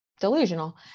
delusional